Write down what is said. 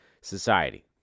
society